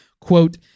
quote